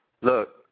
Look